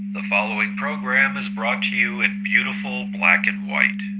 the following program is brought to you in beautiful black and white.